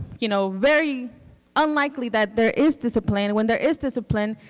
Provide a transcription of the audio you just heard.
you know very unlikely that there is discipline. when there is discipline,